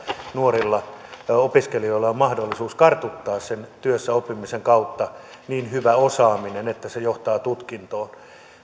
nuorilla opiskelijoilla on mahdollisuus kartuttaa sen työssäoppimisen kautta niin hyvä osaaminen että se johtaa tutkintoon